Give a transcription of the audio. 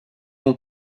ont